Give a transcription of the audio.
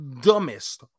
dumbest